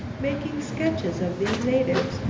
making sketches of these natives,